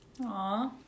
Aww